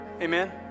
Amen